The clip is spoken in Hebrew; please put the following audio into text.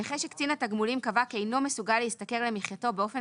נכה שקצין תגמולים קבע כי אינו מסוגל להשתכר למחייתו באופן